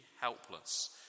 helpless